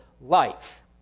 life